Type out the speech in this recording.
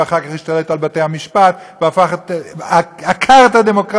ואחר כך השתלט על בתי-המשפט ועקר את הדמוקרטיה,